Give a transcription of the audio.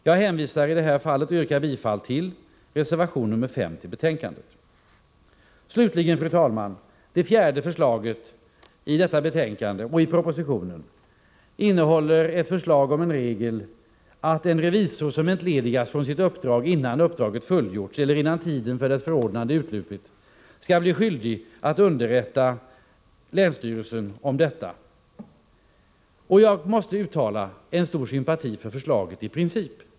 Jag hänvisar här till och yrkar bifall till reservation 5. Slutligen, fru talman: Det fjärde förslaget i propositionen och i betänkandet innehåller ett förslag om regel att revisor som entledigas från sitt uppdrag innan uppdraget fullgjorts eller innan tiden för förordnandet gått ut skall bli skyldig att underrätta länsstyrelsen om detta. Jag måste uttala stor sympati för förslaget i princip.